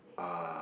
uh